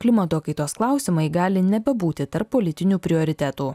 klimato kaitos klausimai gali nebebūti tarp politinių prioritetų